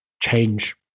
change